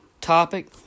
topic